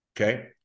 Okay